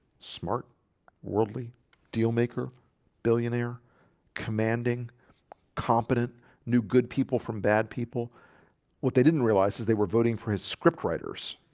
smart worldly deal maker billionaire commanding competent knew good people from bad people what they didn't realize is they were voting for his scriptwriters.